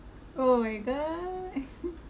oh my god